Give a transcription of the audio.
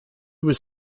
was